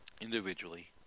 individually